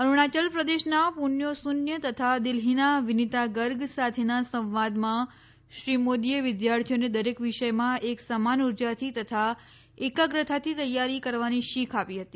અરૂણાચલ પ્રદેશના પુન્યો સુન્ય તથા દિલ્હીના વિનીતા ગર્ગ સાથેના સંવાદમાં શ્રી મોદીએ વિદ્યાર્થીઓને દરેક વિષયમાં એક સમાન ઉર્જાથી તથા એકાગ્રતાથી તૈયારી કરવાની શીખ આપી હતી